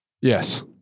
Yes